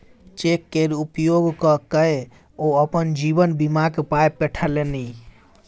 cheque केर उपयोग क कए ओ अपन जीवन बीमाक पाय पठेलनि